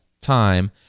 time